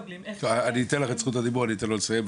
אני אתן לך את זכות הדיבור, אני אתן לו לסיים.